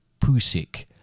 Pusik